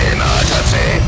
Emergency